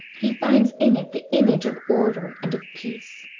he finds in it the image of order and of peace.